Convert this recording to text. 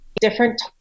different